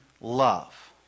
love